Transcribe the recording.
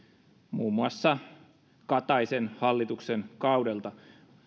muun muassa kataisen hallituksen kaudelta